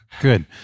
Good